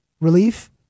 relief